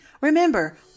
Remember